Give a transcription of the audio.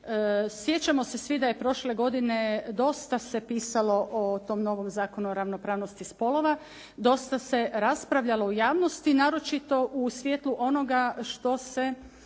Sjećamo se svi da je prošle godine dosta se pisalo o tom novom Zakonu o ravnopravnosti spolova, dosta se raspravljalo u javnosti naročito u svjetlu onoga što se